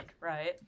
right